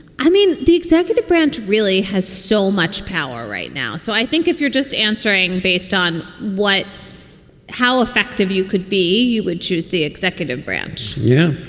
i mean, the executive branch really has so much power right now. so i think if you're just answering based on what how effective you could be, you would choose the executive branch yeah